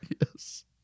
Yes